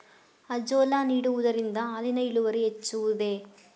Azolla ನೀಡುವುದರಿಂದ ಹಾಲಿನ ಇಳುವರಿ ಹೆಚ್ಚುವುದೇ?